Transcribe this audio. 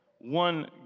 One